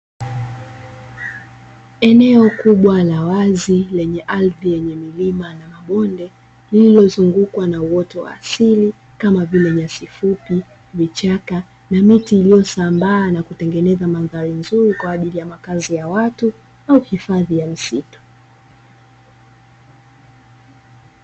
Eneo kubwa la wazi lenye ardhi yenye milima na mabonde lililozungukwa na uoto wa asili kama vile nyasi fupi, vichaka na miti iliyosambaa na kutengeneza mandhari nzuri kwa ajili ya makazi ya watu au uhifadhi wa misitu.